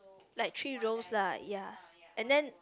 like three rows lah ya and then